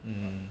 mm